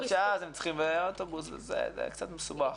שאז הם צריכים באוטובוס ואז זה קצת מסובך.